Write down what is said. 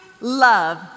love